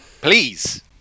please